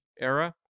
era